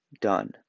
done